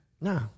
no